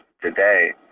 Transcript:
today